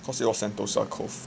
cause it was Sentosa cove